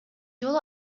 жолу